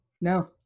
no